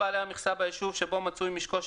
לא ייצר בעל מכסה את מכסתו בלול שאינו מצוי במשקו,